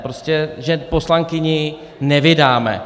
Prostě že poslankyni nevydáme.